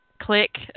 click